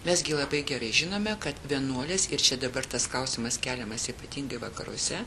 mes gi labai gerai žinome kad vienuolės ir čia dabar tas klausimas keliamas ypatingai vakaruose